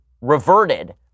reverted